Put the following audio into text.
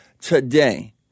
Today